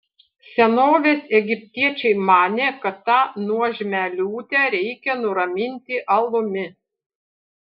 senovės egiptiečiai manė kad tą nuožmią liūtę reikia nuraminti alumi